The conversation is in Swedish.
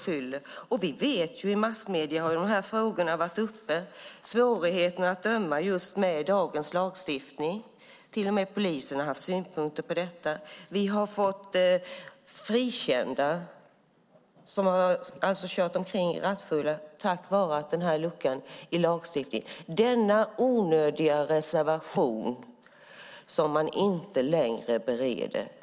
De här frågorna har varit uppe i massmedierna. Det handlar om svårigheten att döma med dagens lagstiftning. Till och med polisen har haft synpunkter på detta. Personer som har kört omkring rattfulla har blivit frikända på grund av den här luckan i lagstiftningen. Denna onödiga reservation handlar om en fråga som man inte längre bereder.